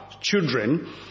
children